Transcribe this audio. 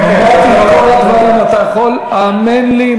האמן לי,